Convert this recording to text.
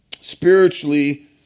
Spiritually